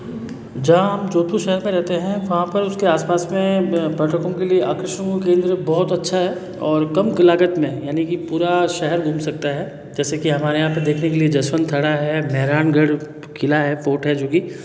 जहाँ हम जोधपुर शहर में रहते हैं वहाँ पर उसके आसपास में पर्यटकों के लिए आकर्षण केंद्र बहुत अच्छा है और कम लागत में है यानी कि पूरा शहर घूम सकता है जैसे कि हमारे यहाँ पर देखने के लिए जसवंत थाड़ा हैं मेहरानगढ़ किला है फोर्ट है जो कि